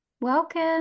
Welcome